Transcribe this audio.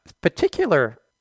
particular